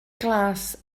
glas